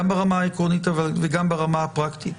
גם ברמה העקרונית וגם ברמה הפרקטית,